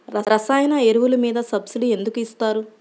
రసాయన ఎరువులు మీద సబ్సిడీ ఎందుకు ఇస్తారు?